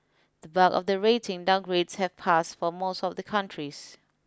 the bulk of the rating downgrades have passed for most of the countries